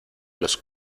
los